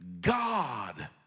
God